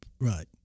Right